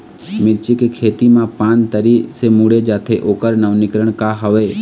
मिर्ची के खेती मा पान तरी से मुड़े जाथे ओकर नवीनीकरण का हवे?